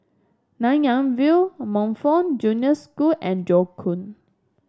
Nanyang View Montfort Junior School and Joo Koon